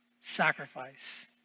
sacrifice